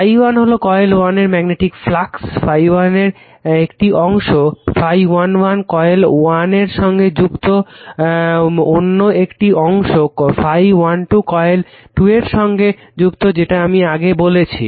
∅1 হলো কয়েল 1 এর magnetic flux ∅1 এর একটি অংশ ∅11 কয়েল 1 এর সঙ্গে যুক্ত অন্য একটি অংশ ∅12কয়েল 2 এর সঙ্গে যুক্ত যেটা আমি আগেই বলেছি